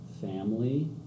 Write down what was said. family